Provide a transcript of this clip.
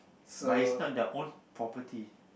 but is not their own property